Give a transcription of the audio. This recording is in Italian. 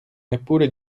neppure